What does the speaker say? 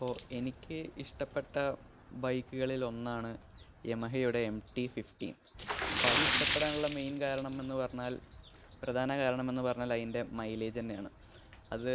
അപ്പോള് എനിക്ക് ഇഷ്ടപ്പെട്ട ബൈക്കുകളിലൊന്നാണ് യമഹയുടെ എം ടി ഫിഫ്റ്റീന് അപ്പോള് അത് ഇഷ്ടപ്പെടാനുള്ള മെയിന് കാരണം എന്ന് പറഞ്ഞാല് പ്രധാന കാരണമെന്ന് പറഞ്ഞാല് അതിന്റെ മൈലേജ് തന്നെയാണ് അത്